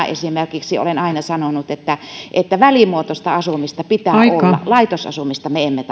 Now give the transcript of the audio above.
esimerkiksi olen aina sanonut että että välimuotoista asumista pitää olla laitosasumista me emme